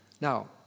now